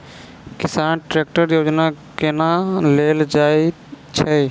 किसान ट्रैकटर योजना केना लेल जाय छै?